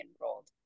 enrolled